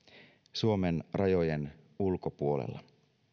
suomen rajojen ulkopuolella